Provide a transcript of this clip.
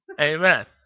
Amen